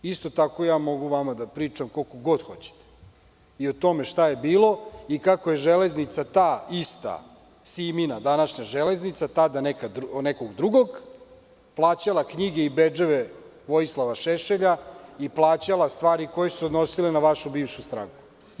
Isto tako, mogu vama da pričam koliko god hoćete o tome šta je bilo i kako je železnica, ta ista, Simina, današnja železnica, tada od nekog drugog, plaćala knjige i bedževe Vojislava Šešelja i plaćala stvari koje su se odnosile na vašu bivšu stranku.